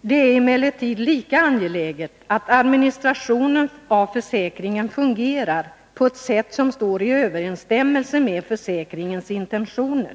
”Det är emellertid lika angeläget att administrationen av försäkringen fungerar på ett sätt som står i överensstämmelse med försäkringens intentioner.